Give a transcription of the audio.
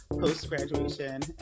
post-graduation